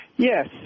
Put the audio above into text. Yes